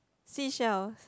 seashells